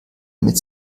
mit